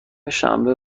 شنبه